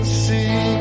see